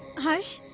harsh,